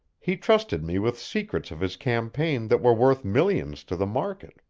he trusted me with secrets of his campaign that were worth millions to the market.